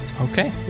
Okay